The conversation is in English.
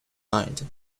mind